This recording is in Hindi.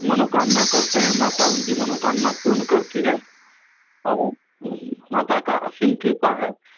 मनोकामना करते हैं माता उनकी मनोकामना पूर्ण करती हैं और माता की असीम कृपा है